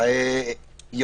אוסאמה, תודה רבה.